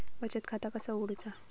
बचत खाता कसा उघडूचा?